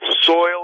soil